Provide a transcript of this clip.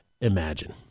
imagine